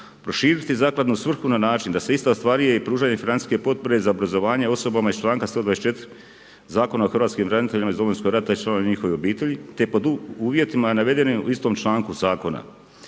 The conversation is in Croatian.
Proširiti zakladnu svrhu na način da se ista ostvaruje i pružanje financijske potpore za obrazovanje osobama iz članka 124. Zakona o hrvatskim braniteljima iz Domovinskog rata i članova njihovih obitelji te pod uvjetima navedenim u istom članku zakona.